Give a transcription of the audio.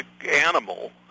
animal